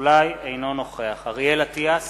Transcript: אינו נוכח אריאל אטיאס,